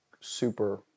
super